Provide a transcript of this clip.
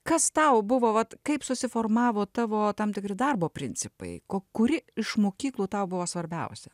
kas tau buvo vat kaip susiformavo tavo tam tikri darbo principai ko kuri iš mokyklų tau buvo svarbiausia